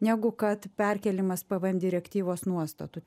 negu kad perkėlimas pvm direktyvos nuostatų